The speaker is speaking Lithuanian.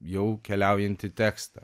jau keliaujantį tekstą